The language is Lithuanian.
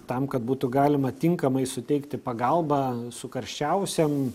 tam kad būtų galima tinkamai suteikti pagalbą sukarščiavusiam